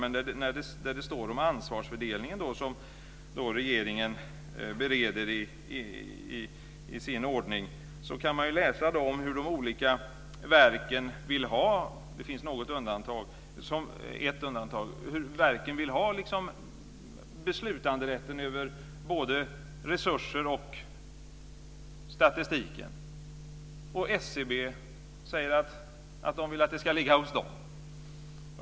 När det gäller ansvarsfördelningen som regeringen bereder i sin ordning så kan man läsa om hur de olika verken, med ett undantag, vill ha beslutanderätten över både resurser och statistik. Från SCB säger man att man vill att det ska ligga hos SCB.